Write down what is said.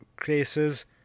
cases